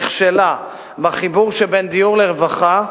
נכשלה בחיבור שבין דיור לרווחה,